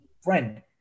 Friend